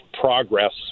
progress